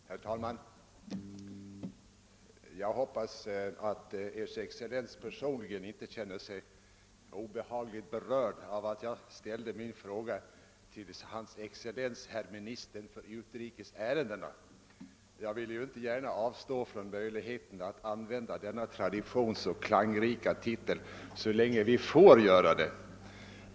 Herr talman! Jag hoppas att Ers Excellens inte känner sig personligen obehagligt berörd av att jag ställde min fråga till hans excellens herr ministern för utrikes ärendena. Jag vill inte gärna avstå från möjligheten att använda den traditionsoch klangrika titeln så länge vi får göra det.